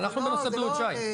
אנחנו בנושא בריאות, שי.